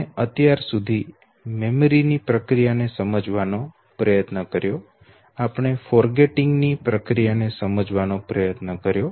આપણે અત્યાર સુધી મેમરી ની પ્રક્રિયા ને સમજવાનો પ્રયત્ન કર્યો આપણે ભૂલી ગયા ની પ્રક્રિયા ને સમજવાનો પ્રયાસ કર્યો